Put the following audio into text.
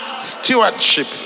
stewardship